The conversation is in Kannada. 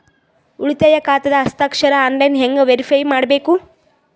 ಉಳಿತಾಯ ಖಾತಾದ ಹಸ್ತಾಕ್ಷರ ಆನ್ಲೈನ್ ಹೆಂಗ್ ವೇರಿಫೈ ಮಾಡಬೇಕು?